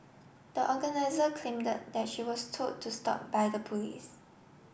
the organiser claimed that that she was told to stop by the police